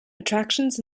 attractions